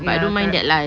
ya correct